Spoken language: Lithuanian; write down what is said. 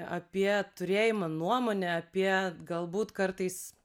apie turėjimą nuomonę apie galbūt kartais